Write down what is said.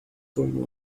going